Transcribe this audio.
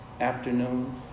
afternoon